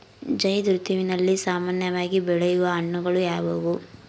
ಝೈಧ್ ಋತುವಿನಲ್ಲಿ ಸಾಮಾನ್ಯವಾಗಿ ಬೆಳೆಯುವ ಹಣ್ಣುಗಳು ಯಾವುವು?